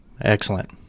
excellent